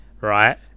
right